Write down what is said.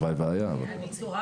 מה קרה